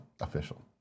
Official